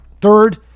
third